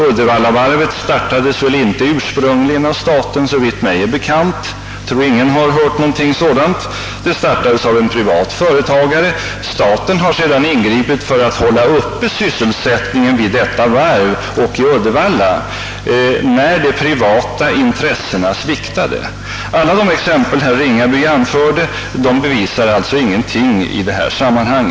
Uddevallavarvet startades inte ursprungligen av staten, såvitt mig är bekant; ingen har väl hört någonting sådant. Det startades av en privat företagare, och staten har sedan ingripit för att hålla uppe sysselsättningen vid detta varv och i Uddevalla när de privata intressena sviktade. Intet av dessa exempel som herr Ringaby anförde bevisar alltså någonting i detta sammanhang.